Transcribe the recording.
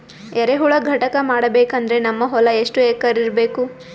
ಎರೆಹುಳ ಘಟಕ ಮಾಡಬೇಕಂದ್ರೆ ನಮ್ಮ ಹೊಲ ಎಷ್ಟು ಎಕರ್ ಇರಬೇಕು?